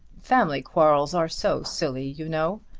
family quarrels are so silly, you know.